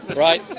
right?